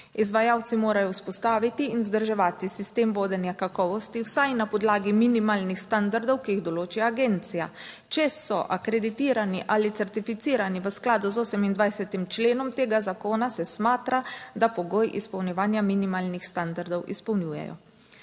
Izvajalci morajo vzpostaviti in vzdrževati sistem vodenja kakovosti vsaj na podlagi minimalnih standardov, ki jih določa agencija. Če so akreditirani ali certificirani v skladu z 28. členom tega zakona se smatra, da pogoji izpolnjevanja minimalnih standardov izpolnjujejo.